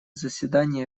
заседание